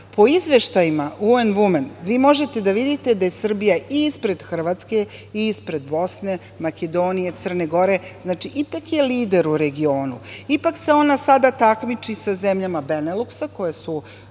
izveštajima UN Women vi možete da vidite da je Srbija i ispred Hrvatske i ispred Bosne, Makedonije, Crne Gore. Znači, ipak je lider u regionu, ipak se ona sada takmiči sa zemljama Beneluksa, koje su